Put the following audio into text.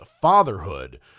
Fatherhood